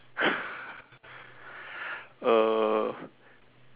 uh